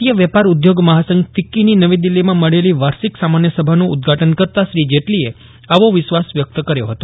ભારતીય વેપાર ઉઘોગ મહાસંઘ ફિક્કીની નવી દિલ્હીમાં મળેલી વાર્ષિક સામાન્ય સભાનું ઉદઘાટન કરતાં શ્રી જેટલીએ આવો વિશ્વાસ વ્યક્ત કર્યો હતો